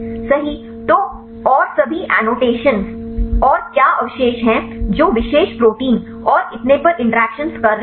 सही तो और सभी एनोटेशन और क्या अवशेष हैं जो विशेष प्रोटीन और इतने पर इंटरैक्शन कर रहे हैं